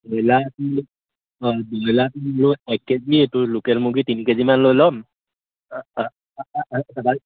broiler অঁঁ broiler তোৰ ল'ব লাগিব অঁ এক কে জি তোৰ লোকেল মুৰ্গী তিনি কে জিমান লৈ ল'ম তাৰপৰা